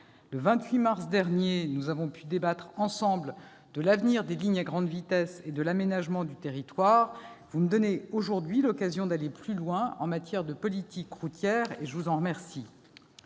Le 28 mars, nous avons pu débattre ensemble de l'avenir des lignes à grande vitesse et de l'aménagement du territoire. Vous me donnez aujourd'hui l'occasion d'aller plus loin en matière de politique routière, et je vous en remercie.